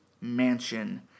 Mansion